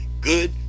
good